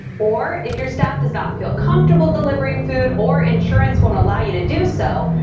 or if your staff does not feel comfortable delivering food, or insurance won't allow you to do so,